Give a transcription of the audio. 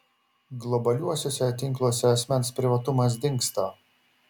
globaliuosiuose tinkluose asmens privatumas dingsta